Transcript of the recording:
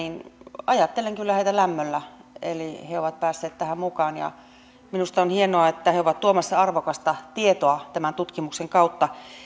ajattelen kyllä heitä lämmöllä eli he ovat päässeet tähän mukaan minusta on hienoa että he ovat tuomassa arvokasta tietoa tämän tutkimuksen kautta